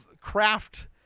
craft